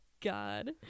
God